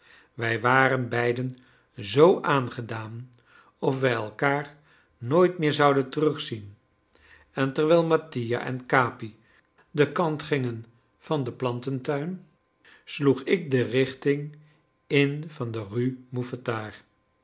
wij waren beiden zoo aangedaan of wij elkaar nooit meer zouden terugzien en terwijl mattia en capi den kant gingen van den plantentuin sloeg ik de richting in van de rue mouffetard